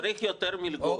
צריך יותר מלגות.